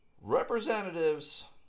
representatives